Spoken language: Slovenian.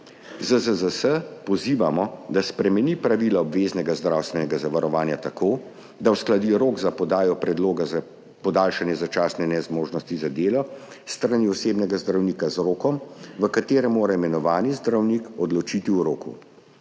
ZZZS pozivamo, da spremeni pravila obveznega zdravstvenega zavarovanja tako, da uskladi rok za podajo predloga za podaljšanje začasne nezmožnosti za delo s strani osebnega zdravnika z rokom, v katerem mora imenovani zdravnik odločiti v roku.